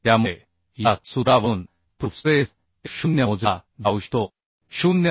त्यामुळे या सूत्रावरून प्रूफ स्ट्रेस f0 मोजला जाऊ शकतो 0